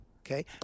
Okay